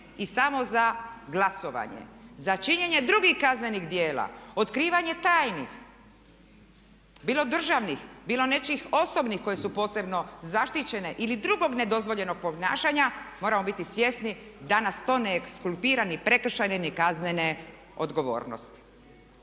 i samo za glasovanje, za činjenje drugih kaznenih djela otkrivanje tajnih, bilo državnih bilo nečijih osobnih koje su posebno zaštićene ili drugog nedozvoljenog ponašanja moramo biti svjesni da nas to ne ekskulpira ni prekršajne ni kaznene odgovornosti.